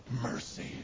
mercy